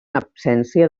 absència